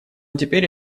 теперь